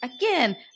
Again